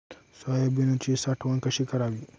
सोयाबीनची साठवण कशी करावी?